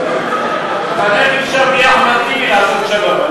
רק איך אפשר בלי אחמד טיבי לעשות שלום?